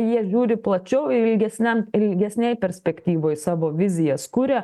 jie žiūri plačiau ir ilgesniam ilgesnėj perspektyvoj savo vizijas kuria